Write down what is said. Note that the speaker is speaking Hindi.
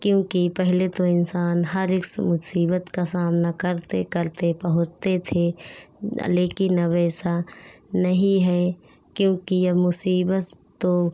क्योंकि पहले तो इन्सान हर एक मुसीबत का सामना करते करते पहुँचते थे लेकिन अब ऐसा नहीं है क्योंकि अब मुसीबस तो